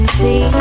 see